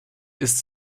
ist